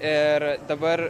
ir dabar